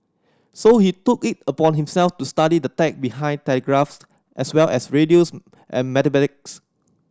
so he took it upon himself to study the tech behind telegraph as well as radios and mathematics